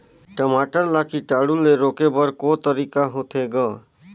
टमाटर ला कीटाणु ले रोके बर को तरीका होथे ग?